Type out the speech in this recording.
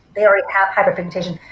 they already have hyperpigmentation.